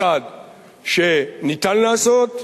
1. שניתן לעשות,